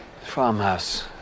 Farmhouse